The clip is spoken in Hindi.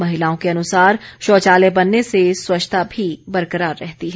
महिलाओं के अनुसार शौचालय बनने से स्वच्छता भी बरकरार रहती है